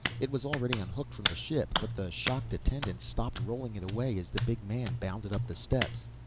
it was already unhooked from the ship, but the shocked attendants stopped rolling it away as the big man bounded up the steps.